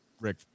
Rick